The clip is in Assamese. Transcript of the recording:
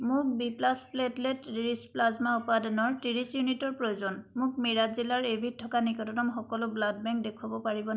মোক B plus platelet rich plasma উপাদানৰ ত্ৰিছ ইউনিটৰ প্ৰয়োজন মোক মিৰাট জিলাৰ এইবিধ থকা নিকটতম সকলো ব্লাড বেংক দেখুৱাব পাৰিবনে